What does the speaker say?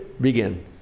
begin